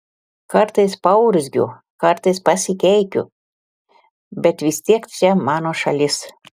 kartais paurzgiu kartais pasikeikiu bet vis tiek čia mano šalis